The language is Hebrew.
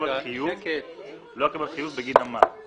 חיוב בגין המד,